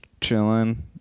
chilling